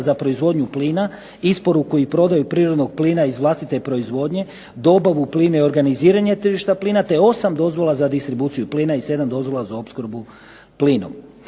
za proizvodnju plina, isporuku i prodaju prirodnog plina iz vlastite proizvodnje, dobavu plina i organiziranje tržišta plina te 8 dozvola za distribuciju plina i 7 dozvola za opskrbu plinom.